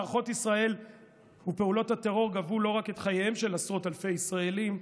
מערכות ישראל ופעולות הטרור גבו לא רק את חייהם של עשרות אלפי ישראלים,